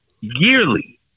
yearly